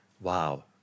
wow